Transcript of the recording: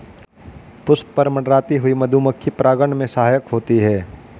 पुष्प पर मंडराती हुई मधुमक्खी परागन में सहायक होती है